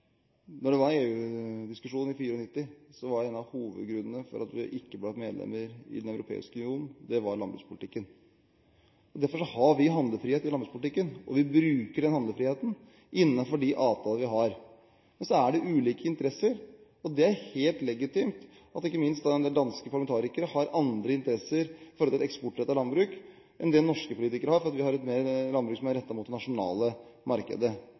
det var EU-diskusjon i 1994, var en av hovedgrunnene til at vi ikke ble medlem i Den europeiske union, landbrukspolitikken. Derfor har vi handlefrihet i landbrukspolitikken. Vi bruker den handlefriheten innenfor de avtaler vi har. Men så er det ulike interesser, og det er helt legitimt at ikke minst en del danske parlamentarikere har andre interesser i forhold til eksportrettet landbruk enn det norske politikere har, for vi har et landbruk som er mer rettet mot det nasjonale markedet.